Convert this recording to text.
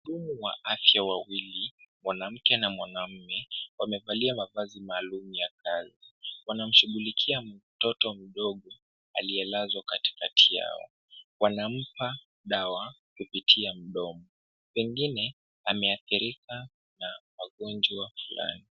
Wahudumu wa afya wawili, mwanamke na mwanaume, wamevalia mavazi maalum ya kazi, wanamshughulikia mtoto mdogo aliyelazwa katikati yao, wanampa dawa kupitia mdomo, pengine ameathirika na magonjwa fulani.